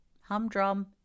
humdrum